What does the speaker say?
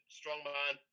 strongman